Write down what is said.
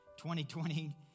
2020